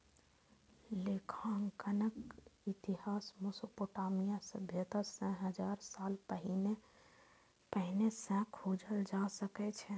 लेखांकनक इतिहास मोसोपोटामिया सभ्यता सं हजार साल पहिने सं खोजल जा सकै छै